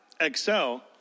Excel